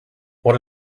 what